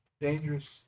dangerous